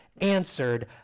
answered